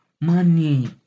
money